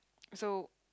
so